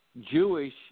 Jewish